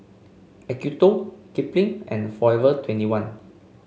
Acuto Kipling and Forever twenty one